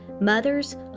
Mothers